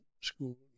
school